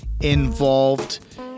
involved